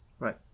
Right